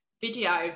video